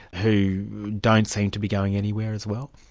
who don't seem to be going anywhere as well?